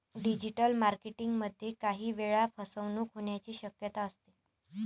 digital marketing मध्ये काही वेळा फसवणूक होण्याची शक्यता असते